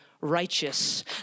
righteous